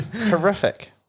horrific